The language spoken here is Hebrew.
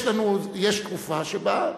יש תקופה שבה,